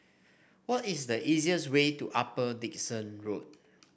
what is the easiest way to Upper Dickson Road